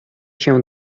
się